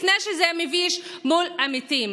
לפני שזה מביש מול המתים.